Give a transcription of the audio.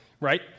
right